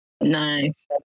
Nice